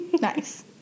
Nice